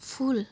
फुल